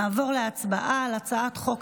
נעבור להצבעה בקריאה הראשונה על הצעת חוק